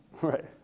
Right